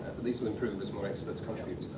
these will improve as more experts contribute